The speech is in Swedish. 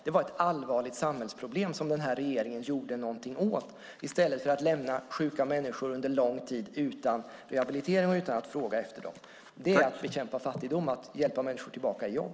Det var ett allvarligt samhällsproblem som den här regeringen gjorde någonting åt i stället för att lämna sjuka människor under lång tid utan rehabilitering och utan att fråga efter dem. Det är att bekämpa fattigdom att hjälpa människor tillbaka till jobb.